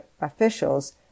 officials